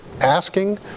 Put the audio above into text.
asking